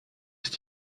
ist